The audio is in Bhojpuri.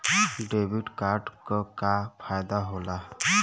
डेबिट कार्ड क का फायदा हो ला?